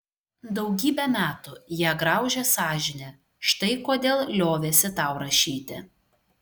daugybę metų ją graužė sąžinė štai kodėl liovėsi tau rašyti